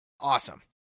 awesome